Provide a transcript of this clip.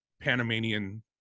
Panamanian